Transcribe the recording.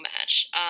match